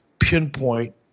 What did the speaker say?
pinpoint